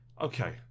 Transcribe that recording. Okay